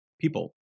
people